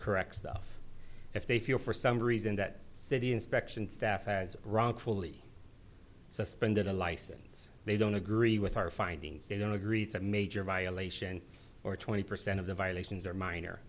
correct stuff if they feel for some reason that city inspection staff as wrongfully suspended a license they don't agree with our findings they don't agree it's a major violation or twenty percent of the violations are minor